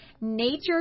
nature